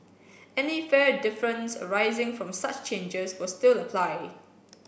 any fare difference arising from such changes will still apply